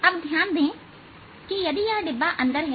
अब ध्यान दें कि यदि यह डिब्बा अंदर है